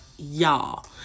y'all